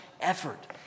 effort